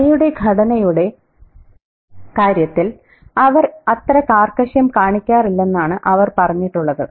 കഥയുടെ ഘടനയുടെ കാര്യത്തിൽ അവർ അത്ര കാർക്കശ്യം കാണിക്കാറില്ലെന്നാണ് അവർ പറഞ്ഞിട്ടുള്ളത്